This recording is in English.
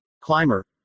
climber